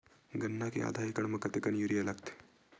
गन्ना के आधा एकड़ म कतेकन यूरिया लगथे?